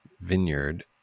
vineyard